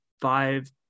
five